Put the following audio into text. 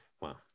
Wow